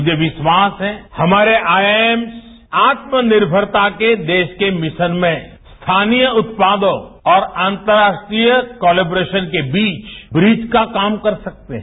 मुझेविखास है हमारे आईवाईएम्स आत्मनिर्भता के देश के मिशन में स्थानीय उत्पादोंऔर अंतर्राष्ट्रीय कोलोब्रेशन के बीच ब्रिज का काम कर सकते हैं